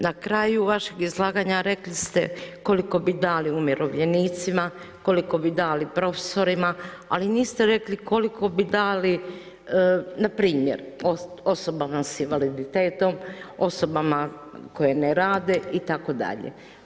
Na kraju vašeg izlaganja rekli ste koliko bi dali umirovljenicima, koliko bi dali profesorima, ali niste rekli koliko bi dali, na primjer osobama s invaliditetom, osobama koje ne rade i tako dalje.